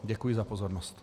Děkuji za pozornost.